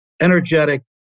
energetic